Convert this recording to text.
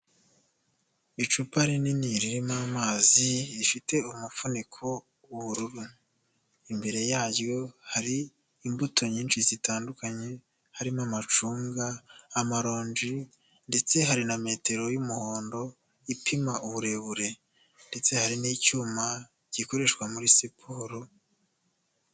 Icupa rinini ririmo amazi, rifite umufuniko w'ubururu. Imbere yaryo hari imbuto nyinshi zitandukanye harimo amacunga, amaronji ndetse hari na metero y'umuhondo ipima uburebure ndetse hari n'icyuma gikoreshwa muri siporo.